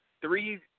three